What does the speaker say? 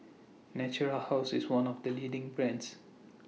Natura House IS one of The leading brands